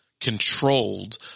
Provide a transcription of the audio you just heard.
controlled